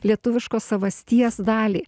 lietuviškos savasties dalį